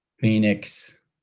Phoenix